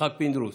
יצחק פינדרוס,